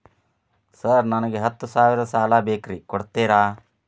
Sir ನನಗ ಹತ್ತು ಸಾವಿರ ಸಾಲ ಬೇಕ್ರಿ ಕೊಡುತ್ತೇರಾ?